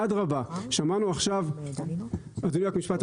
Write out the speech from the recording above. אדרבא, שמענו עכשיו, אדוני, רק משפט אחד.